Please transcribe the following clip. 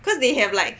cause they have like